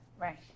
Right